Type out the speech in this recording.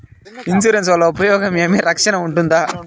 Insurance వల్ల ఉపయోగం ఏమి? రక్షణ ఉంటుందా?